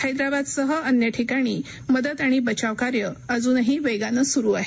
हैदराबाद सह अन्य ठिकाणी मदत आणि बचाव कार्य अजूनही वेगानं सुरू आहे